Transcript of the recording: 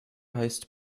heißt